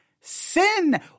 Sin